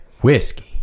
Whiskey